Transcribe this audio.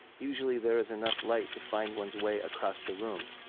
usually there is enough light to find one's way across the room.